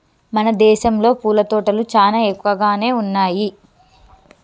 మన దేసంలో పూల తోటలు చానా ఎక్కువగానే ఉన్నయ్యి